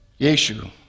Yeshu